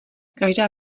každá